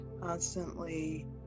constantly